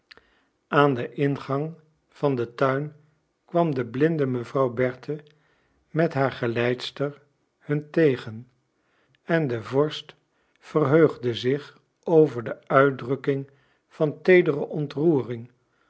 aan den ingang van den tuin kwam de blinde mevrouw berthe met haar geleidster hun tegen en de vorst verheugde zich over de uitdrukking van teedere ontroering